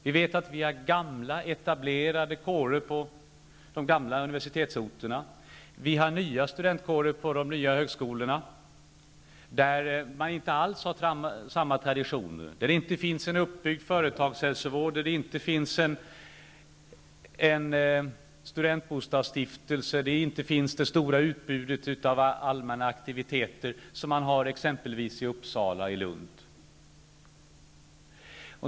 Vi vet att vi har gamla etablerade kårer på de gamla universitetsorterna, och nya studentkårer på de nya högskolorna där man inte alls har samma traditioner och där det inte finns en uppbyggd företagshälsovård, en studentbostadsstiftelse och det stora utbud av allmänna aktiviteter som man har i exempelvis Uppsala och Lund.